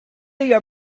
your